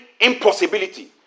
impossibility